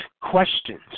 questions